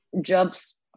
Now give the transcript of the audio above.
jobs